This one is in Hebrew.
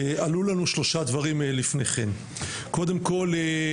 ועלו לנו שלושה דברים לפניכם: קודם כל,